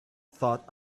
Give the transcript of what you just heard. thought